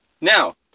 Now